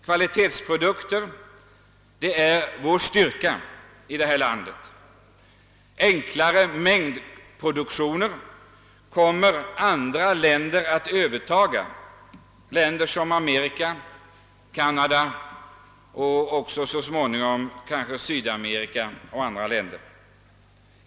Kvalitetsprodukter är vår styrka. Enklare mängdproduktioner kommer andra länder att överta, länder som Amerika, Kanada och så småningom kanske Sydamerika och en del andra länder.